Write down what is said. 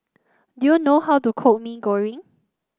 do you know how to cook Mee Goreng